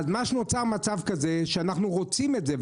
נוצר מצב כזה שאנחנו רוצים את זה,